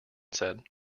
said